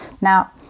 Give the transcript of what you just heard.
Now